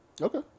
Okay